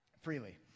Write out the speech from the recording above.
freely